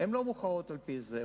הן לא מוכרעות על-פי זה,